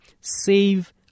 save